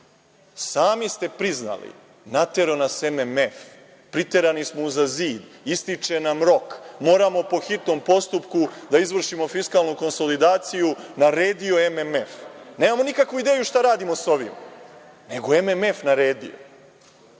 Sami ste priznali - naterao nas MMF. Priterani smo uza zid, ističe nam rok, moramo po hitnom postupku da izvršimo fiskalnu konsolidaciju, naredio MMF. Nemamo nikakvu ideju šta radimo sa ovim, nego MMF naredio.